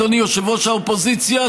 אדוני יושב-ראש האופוזיציה,